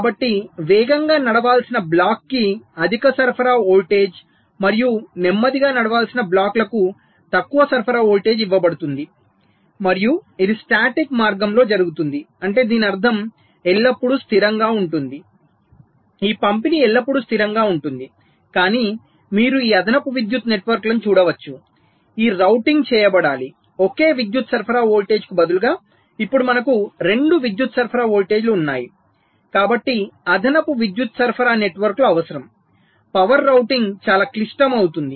కాబట్టి వేగంగా నడవాల్సిన బ్లాక్ కి అధిక సరఫరా వోల్టేజ్ మరియు నెమ్మదిగా నడవాల్సిన బ్లాక్లకు తక్కువ సరఫరా వోల్టేజ్ ఇవ్వబడుతుంది మరియు ఇది స్టాటిక్ మార్గంలో జరుగుతుంది అంటే దీని అర్థం ఎల్లప్పుడూ స్థిరంగా ఉంటుంది ఈ పంపిణీ ఎల్లప్పుడూ స్థిరంగా ఉంటుంది కానీ మీరు ఈ అదనపు విద్యుత్ నెట్వర్క్లను చూడవచ్చు ఈ రౌటింగ్ చేయబడాలి ఒకే విద్యుత్ సరఫరా వోల్టేజ్కు బదులుగా ఇప్పుడు మనకు రెండు విద్యుత్ సరఫరా వోల్టేజీలు ఉన్నాయి కాబట్టి అదనపు విద్యుత్ సరఫరా నెట్వర్క్లు అవసరం పవర్ రౌటింగ్ చాలా క్లిష్టం అవుతుంది